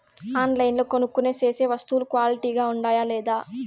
ఆన్లైన్లో కొనుక్కొనే సేసే వస్తువులు క్వాలిటీ గా ఉండాయా లేదా?